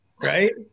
right